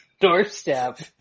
doorstep